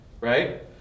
right